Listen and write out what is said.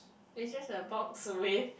is just like a box survey